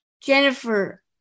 Jennifer